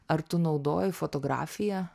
ar tu naudoji fotografiją